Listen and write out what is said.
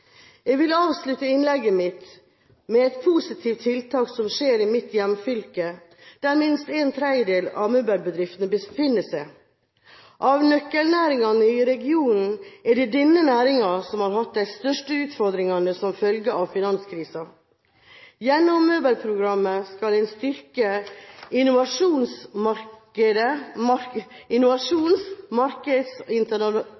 Jeg vil avslutte innlegget mitt med et positivt tiltak som skjer i mitt hjemfylke, der minst en tredjedel av møbelbedriftene befinner seg. Av nøkkelnæringene i regionene er det denne næringen som har hatt de største utfordringene som følge av finanskrisen. Gjennom møbelprogrammet skal en styrke